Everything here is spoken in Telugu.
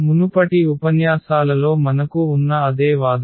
మునుపటి ఉపన్యాసాలలో మనకు ఉన్న అదే వాదన